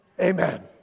Amen